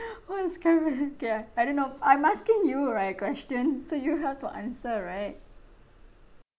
what is K I don't know I'm asking you right question so you have to answer right